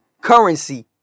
Currency